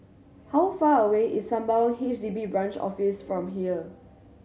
how far away is Sembawang H D B Branch Office from here